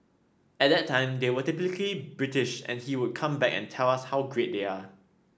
at that time they were typically British and he would come back and tell us how great they are